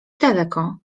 daleko